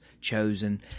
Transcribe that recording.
chosen